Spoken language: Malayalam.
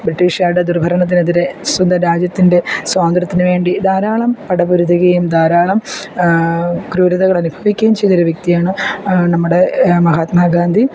ബ്രിട്ടീഷുകാരുടെ ദുർഭരണത്തിനെതിരെ സ്വന്തം രാജ്യത്തിൻ്റെ സ്വാതന്ത്ര്യത്തിനു വേണ്ടി ധാരാളം പടപൊരുതുകയും ധാരാളം ക്രൂരതകൾ അനുഭവിക്കുകയും ചെയ്ത ഒരു വ്യക്തിയാണ് നമ്മുടെ മഹാത്മാ ഗാന്ധി